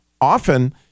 often